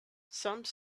some